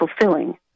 fulfilling